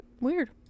Weird